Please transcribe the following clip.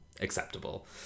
acceptable